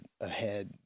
ahead